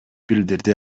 билдирди